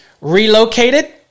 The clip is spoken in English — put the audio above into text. relocated